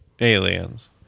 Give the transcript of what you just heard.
aliens